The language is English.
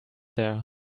there